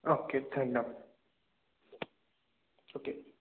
অ' কে ধন্যবাদ অ' কে